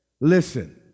listen